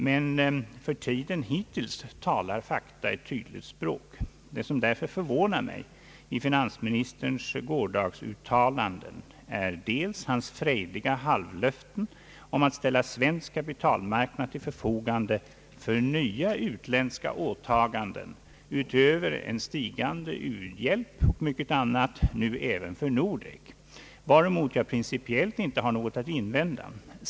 Men för tiden hittills talar fakta ett tydligt språk. Vad som därför förvånar mig i finansministerns gårdagsuttalanden är först och främst hans frejdiga halvlöften om att ställa svensk kapitalmarknad till förfogande för nya utländska åtaganden — utöver en stigande u-hjälp och mycket annat nu även för Nordek, varemot jag principiellt inte har något att invända.